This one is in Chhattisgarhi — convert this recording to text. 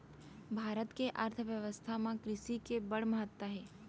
भारत के अर्थबेवस्था म कृसि के बड़ महत्ता हे